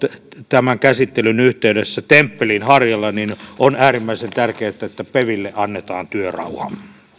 tämän käsittelyn yhteydessä temppelin harjalla on äärimmäisen tärkeätä että peville annetaan työrauha